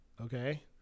okay